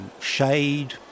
shade